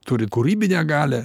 turi kūrybinę galią